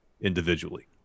individually